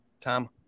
Tom